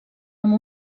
amb